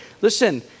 listen